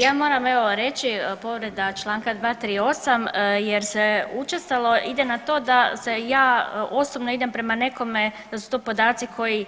Ja moram evo reći povreda čl. 238. jer se učestalo ide na to da se ja osobno idem prema nekome, da su to podaci koji